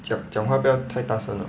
讲讲话不要太大声 hor